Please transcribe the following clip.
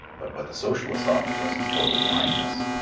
but what the socialist offers us is total blindness.